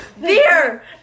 beer